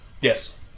Yes